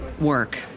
work